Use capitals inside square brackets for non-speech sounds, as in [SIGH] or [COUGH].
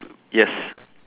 yes [BREATH]